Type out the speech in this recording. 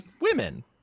women